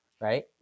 Right